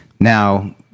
Now